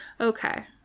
Okay